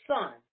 son